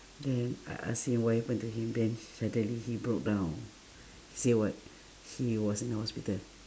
then I ask him what happen to him then suddenly he broke down say what he was in a hospital